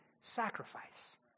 sacrifice